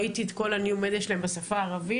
ראיתי את כל הניו-מדיה שלכם בשפה הערבית.